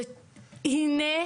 והינה,